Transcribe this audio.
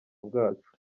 bwacu